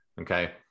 Okay